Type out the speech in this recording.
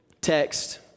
text